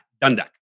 Dundalk